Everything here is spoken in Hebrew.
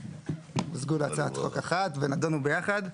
הם התמזגו להצעת חוק אחת ונדונו ביחד.